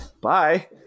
Bye